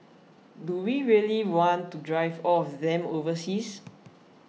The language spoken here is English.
do we really want to drive all of them overseas